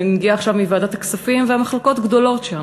אני מגיעה עכשיו מוועדת הכספים והמחלוקות גדולות שם,